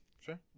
Sure